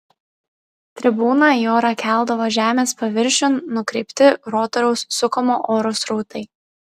tribūną į orą keldavo žemės paviršiun nukreipti rotoriaus sukamo oro srautai